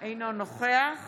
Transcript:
אינו נוכח